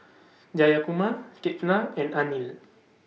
Jayakumar Ketna and Anil